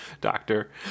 doctor